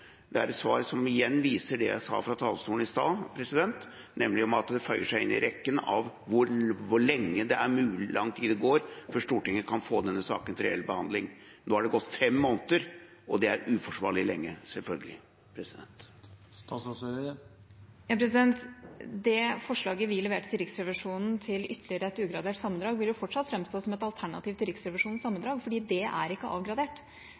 selvfølgelig ikke et fyllestgjørende svar. Det er et svar som igjen viser det jeg sa fra talerstolen i stad: Det føyer seg inn i rekken med hensyn til hvor lang tid det går før Stortinget kan få denne saken til reell behandling. Nå har det gått fem måneder, og det er uforsvarlig lenge – selvfølgelig. Det forslaget vi leverte til Riksrevisjonen til ytterligere et ugradert sammendrag, vil fortsatt framstå som et alternativ til Riksrevisjonens sammendrag, fordi det ikke er avgradert.